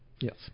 Yes